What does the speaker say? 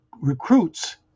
recruits